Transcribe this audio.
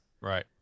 Right